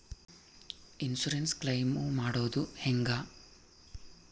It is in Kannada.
ಇನ್ಸುರೆನ್ಸ್ ಕ್ಲೈಮು ಮಾಡೋದು ಹೆಂಗ?